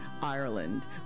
Ireland